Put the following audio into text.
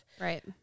Right